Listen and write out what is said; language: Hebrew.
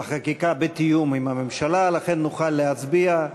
החקיקה בתיאום עם הממשלה, לכן נוכל להצביע.